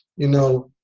you know,